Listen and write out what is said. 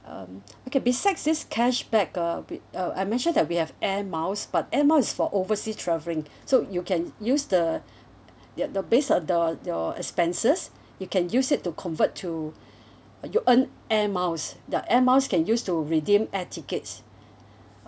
um okay besides this cashback uh with uh I mentioned that we have air miles but Air Miles is for overseas travelling so you can use the your your based on your your expenses you can use it to convert to uh you earn Air Miles the Air Miles can use to redeem air tickets